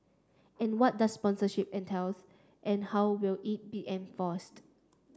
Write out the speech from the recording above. and what does sponsorship entails and how will it be enforced